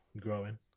growing